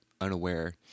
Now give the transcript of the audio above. unaware